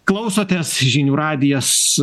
klausotės žinių radijas